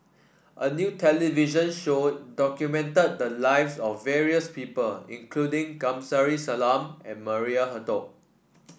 a new television show documented the lives of various people including Kamsari Salam and Maria Hertogh